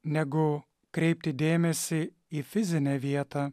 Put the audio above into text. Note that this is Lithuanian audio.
negu kreipti dėmesį į fizinę vietą